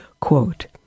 quote